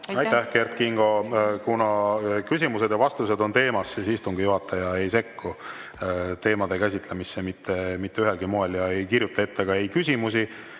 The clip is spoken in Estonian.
Aitäh, Kert Kingo! Kuna küsimused ja vastused on teemasse, siis istungi juhataja ei sekku teemade käsitlemisse mitte ühelgi moel ja ei kirjuta ette ei küsimusi